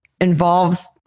involves